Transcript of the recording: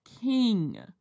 king